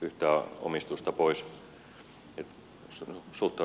suhtaudutaan hyvin pragmaattisesti